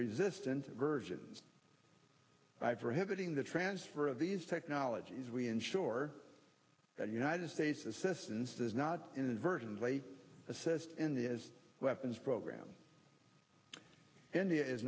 resistance versions for hitting the transfer of these technologies we ensure that united states assistance does not inadvertently assist in the as weapons program india is